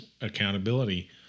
accountability